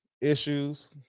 issues